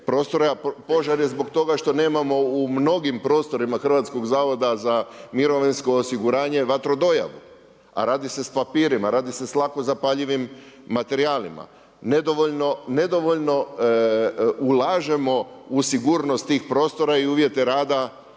prostore. A požar je zbog toga što nemamo u mnogim prostorima Hrvatskog zavoda za mirovinsko osiguranje vatrodojavu, a radi se sa papirima, radi se sa lako zapaljivim materijalima, nedovoljno ulažemo u sigurnost tih prostora i uvjete rada